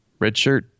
redshirt